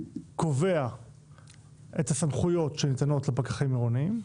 קובע את הסמכויות שניתנות לפקחים עירוניים,